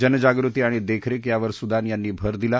जनजागृती आणि देखरेख यावर सुदान यांनी भर दिला